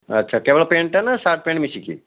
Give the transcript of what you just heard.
ଆଚ୍ଛା କେବଳ ପ୍ୟାଣ୍ଟ୍ଟା ନା ସାର୍ଟ୍ ପ୍ୟାଣ୍ଟ୍ ମିଶିକି